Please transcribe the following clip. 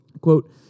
Quote